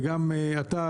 וגם אתה,